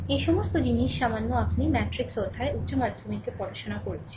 এই সমস্ত জিনিস সামান্য আপনি ম্যাট্রিক্স অধ্যায়ে উচ্চ মাধ্যমিক পড়াশোনা করেছেন